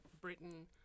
Britain